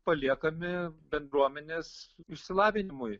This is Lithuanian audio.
paliekami bendruomenės išsilavinimui